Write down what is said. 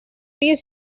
pis